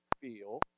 feel